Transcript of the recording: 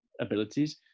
abilities